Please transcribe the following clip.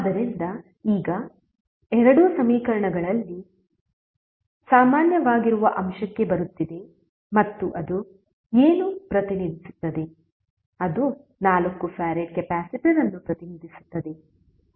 ಆದ್ದರಿಂದ ಈಗ ಎರಡೂ ಸಮೀಕರಣಗಳಲ್ಲಿ ಸಾಮಾನ್ಯವಾಗಿರುವ ಅಂಶಕ್ಕೆ ಬರುತ್ತಿದೆ ಮತ್ತು ಅದು ಏನು ಪ್ರತಿನಿಧಿಸುತ್ತದೆ ಅದು 4 ಫರಾಡ್ ಕೆಪಾಸಿಟರ್ ಅನ್ನು ಪ್ರತಿನಿಧಿಸುತ್ತದೆ ಹೇಗೆ